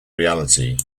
reality